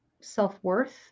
self-worth